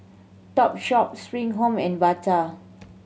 Topshop Spring Home and Bata